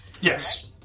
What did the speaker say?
Yes